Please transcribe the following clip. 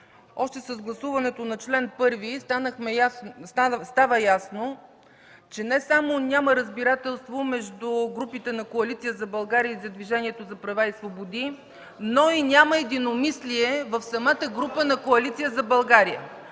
още с гласуването на чл. 1 става ясно, че не само няма разбирателство между групите на Коалиция за България и на Движението за права и свободи, но и няма единомислие в самата група на Коалиция за България.